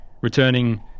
returning